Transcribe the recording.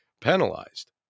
penalized